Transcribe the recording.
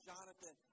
Jonathan